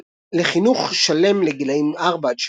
לחינוך שלם לגילאים 4–7.